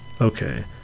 Okay